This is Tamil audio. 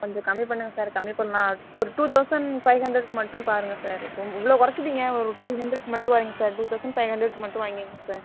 கொஞ்சோம் கம்மி பண்ணுங்கள் சார் கம்மி பண்ணலாம் ஒரு டூ தொளசண்ட் ஃபைவ் ஹண்ட்ரெடுக்கு மட்டும் பாருங்கள் சார் இவ்வளோ குறச்சிட்டிங்க ஒரு டூ ஹண்ட்ரெட்க்கு மட்டும் குறைங்க சார் டூ தொளசண்ட் ஃபைவ் ஹண்ட்ரெடுக்கு மட்டும் வாங்கிக்கோங்க சார்